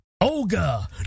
Olga